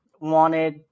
wanted